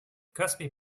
cosby